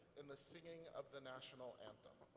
in the singing of the national anthem.